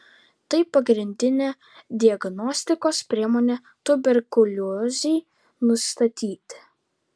tai pagrindinė diagnostikos priemonė tuberkuliozei nustatyti